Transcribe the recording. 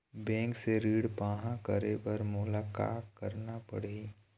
Bank से ऋण पाहां करे बर मोला का करना पड़ही?